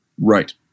Right